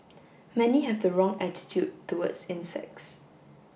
many have the wrong attitude towards insects